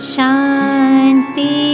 Shanti